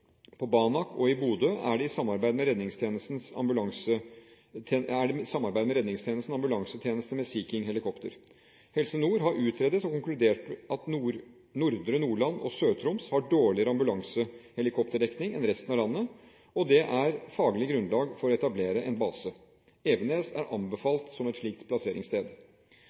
På Banak og i Bodø er det samarbeid med redningstjenesten ambulansetjenester med Sea King-helikopter. Helse Nord har utredet og konkludert at nordre Nordland og Sør-Troms har dårligere ambulansehelikopterdekning enn resten av landet, og det er faglig grunnlag for å etablere en base. Evenes er anbefalt som et slikt plasseringssted.